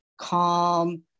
calm